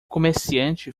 comerciante